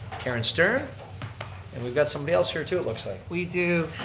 karen stern and we've got somebody else here too it looks like. we do.